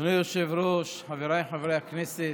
אדוני היושב-ראש, חבריי חברי הכנסת,